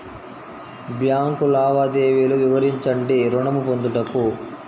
Bank లావాదేవీలు వివరించండి ఋణము పొందుటకు?